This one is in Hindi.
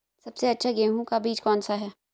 सबसे अच्छा गेहूँ का बीज कौन सा है?